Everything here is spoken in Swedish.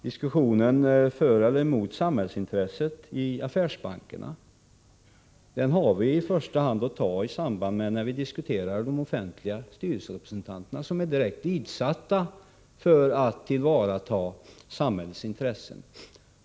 Diskussionen för eller emot samhällsintresset i affärsbankerna har vi att föra i första hand när vi debatterar de offentliga styrelserepresentanterna, som är direkt tillsatta för att tillvarata samhällsintresset.